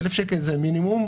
1,000 שקל זה המינימום,